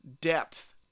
depth